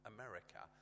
America